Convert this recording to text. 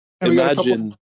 Imagine